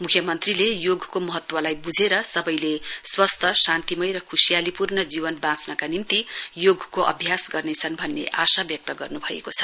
म्ख्यमन्त्रीले योगको महत्वलाई ब्झेर सबैले स्वस्थ शान्तिमय र ख्शियालीपूर्ण जीवन बाँच्नका निम्ति योगको अभ्यास गर्नेछन भन्ने आशा ब्यक्त गर्न्भएको छ